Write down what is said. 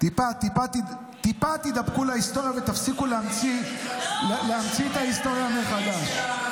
טיפה טיפה תדבקו בהיסטוריה ותפסיקו להמציא את ההיסטוריה מחדש.